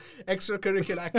extracurricular